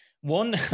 one